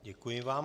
Děkuji vám.